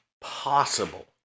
possible